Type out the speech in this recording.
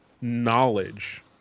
knowledge